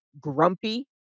grumpy